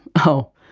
oh,